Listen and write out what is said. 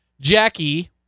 Jackie